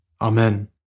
Amen